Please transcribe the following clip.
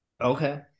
Okay